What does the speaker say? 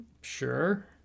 Sure